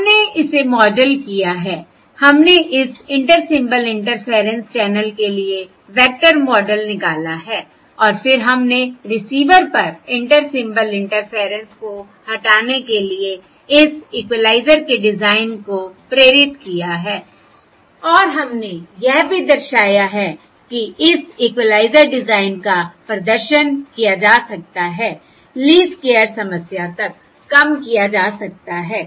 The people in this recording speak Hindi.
हमने इसे मॉडल किया है हमने इस इंटर सिम्बल इंटरफेयरेंस चैनल के लिए वेक्टर मॉडल निकाला है और फिर हमने रिसीवर पर इंटर सिम्बल इंटरफेयरेंस को हटाने के लिए इस इक्विलाइजर के डिजाइन को प्रेरित किया है और हमने यह भी दर्शाया है कि इस इक्विलाइजर डिजाइन का प्रदर्शन किया जा सकता है लीस्ट स्क्वेयर्स समस्या तक कम किया जा सकता है